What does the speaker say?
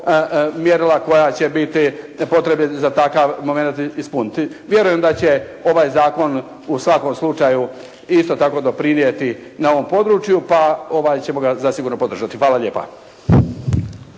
mjerila koje će biti potrebe za takav momenat ispuniti. Vjerujem da će ovaj Zakon u svakom slučaju isto tako doprinijeti na ovom području, pa ćemo ga zasigurno podržati. Hvala lijepa.